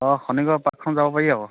অঁ খনিকৰ পাৰ্কখন যাব পাৰি আকৌ